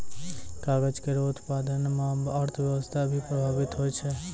कागज केरो उत्पादन म अर्थव्यवस्था भी प्रभावित होय छै